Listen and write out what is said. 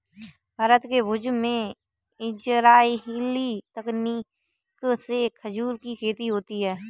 भारत के भुज में इजराइली तकनीक से खजूर की खेती होती है